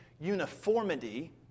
uniformity